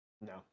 No